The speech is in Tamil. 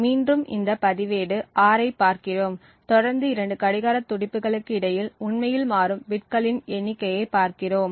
மீண்டும் இந்த பதிவேடு R ஐப் பார்க்கிறோம் தொடர்ந்து இரண்டு கடிகார துடிப்புகளுக்கு இடையில் உண்மையில் மாறும் பிட்களின் எண்ணிக்கையைப் பார்க்கிறோம்